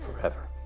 forever